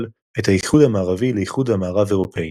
את האיחוד המערבי לאיחוד המערב אירופי.